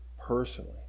personally